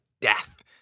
death